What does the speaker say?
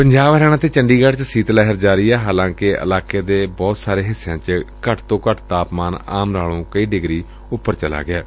ਪੰਜਾਬ ਹਰਿਆਣਾ ਤੇ ਚੰਡੀਗੜ੍ਪ ਚ ਸੀਤ ਲਹਿਰ ਜਾਰੀ ਏ ਹਾਲਾਂਕਿ ਇਲਾਕੇ ਦੇ ਬਹੁਤ ਸਾਰੇ ਹਿੱਸਿਆਂ ਚ ਘੱਟ ਤੋਂ ਘੱਟ ਤਾਪਮਾਨ ਆਮ ਨਾਲੋਂ ਕਈ ਡਿਗਰੀ ਉਪਰ ਚਲਾ ਗਿਐ